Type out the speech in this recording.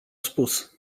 spus